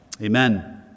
Amen